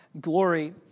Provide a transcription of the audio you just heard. glory